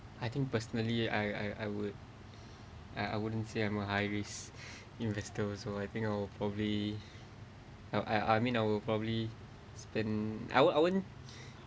I think personally I I I would I I wouldn't say I'm a high risk investors also I think I'll probably I I mean I will probably spend I won't I won't